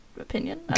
opinion